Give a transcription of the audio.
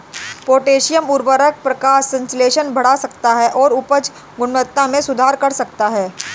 potassium उवर्रक प्रकाश संश्लेषण बढ़ा सकता है और उपज गुणवत्ता में सुधार कर सकता है